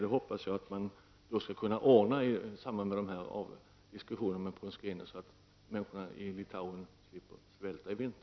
Då hoppas jag att man skall kunna ordna detta i samband med samtalen med Prunskiene, så att människorna i Litauen slipper att svälta i vinter.